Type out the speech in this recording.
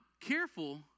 careful